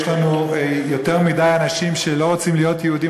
יש לנו יותר מדי אנשים שלא רוצים להיות יהודים,